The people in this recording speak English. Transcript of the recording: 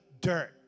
dirt